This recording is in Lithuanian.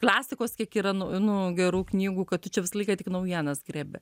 klasikos kiek yra nu nu gerų knygų kad tu čia visą laiką tik naujienas griebi